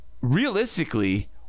Realistically